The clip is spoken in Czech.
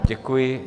Děkuji.